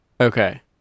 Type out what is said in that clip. Okay